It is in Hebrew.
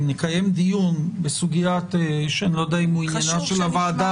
אם נקיים דיון בסוגיות שאני לא יודע אם הם עניין של הוועדה